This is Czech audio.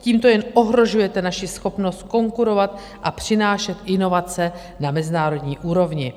Tímto jen ohrožujete naši schopnost konkurovat a přinášet inovace na mezinárodní úrovni.